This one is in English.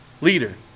Leader